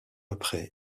après